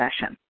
session